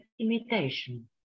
imitation